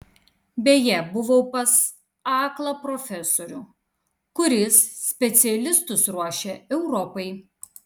beje buvau pas aklą profesorių kuris specialistus ruošia europai